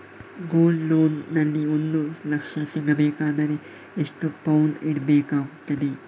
Gold loan ನಲ್ಲಿ ಒಂದು ಲಕ್ಷ ಸಿಗಬೇಕಾದರೆ ಎಷ್ಟು ಪೌನು ಇಡಬೇಕಾಗುತ್ತದೆ?